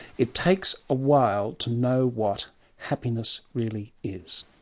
it takes a while to know what happiness really is.